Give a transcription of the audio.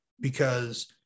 because-